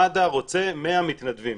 מד"א רוצה 100 מתנדבים,